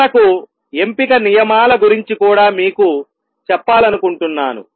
చివరకు ఎంపిక నియమాల గురించి కూడా మీకు చెప్పాలనుకుంటున్నాను